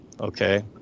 okay